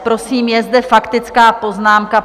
Prosím, je zde faktická poznámka.